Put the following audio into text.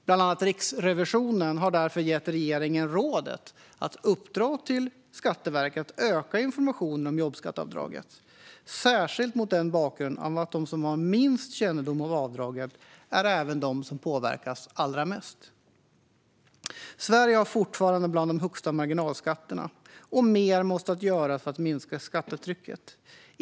Bland annat Riksrevisionen har därför gett regeringen rådet att uppdra till Skatteverket att öka informationen om jobbskatteavdraget, särskilt mot bakgrund av att de som har minst kännedom om avdraget även är de som påverkas allra mest. Sveriges marginalskatter är fortfarande bland de högsta, och mer måste göras för att minska skattetrycket.